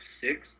six